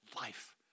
life